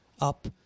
up